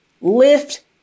Lift